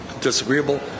disagreeable